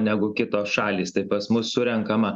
negu kitos šalys tai pas mus surenkama